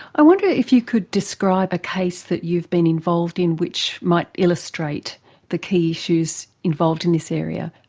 i wonder if you could describe a case that you've been involved in which might illustrate the key issues involved in this area?